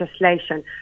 legislation